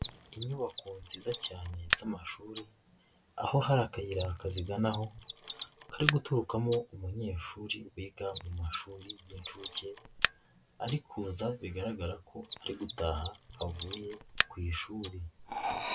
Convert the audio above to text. Inyubako nziza cyane z'amashuri aho hari akayira kaziganaho kari guturukamo umunyeshuri wiga mu mashuri y'inshuke ari kuza bigaragara ko ari gutaha avuye ku ishuri.